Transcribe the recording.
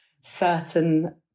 certain